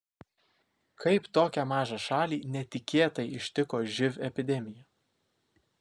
kaip tokią mažą šalį netikėtai ištiko živ epidemija